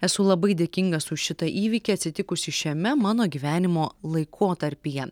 esu labai dėkingas už šitą įvykį atsitikusį šiame mano gyvenimo laikotarpyje